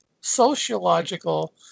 sociological